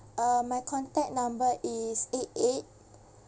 uh my contact number is eight eight